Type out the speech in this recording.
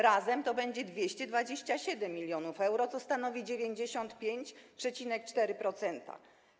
Razem to będzie 227 mln euro, co stanowi 95,4%.